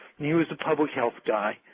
and he was a public health guy.